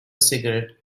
cigarette